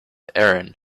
aaron